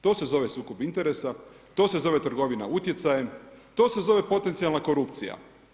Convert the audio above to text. To se zove sukob interesa, to se zove trgovina utjecajem, to se zove potencijalna korupcija.